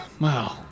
Wow